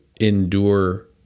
endure